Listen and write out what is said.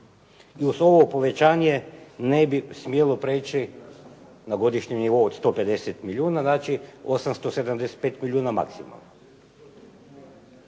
I uz ovo povećanje ne bi smjelo prijeći na godišnji nivo od 150 milijuna, znači 875 milijuna maksimalno.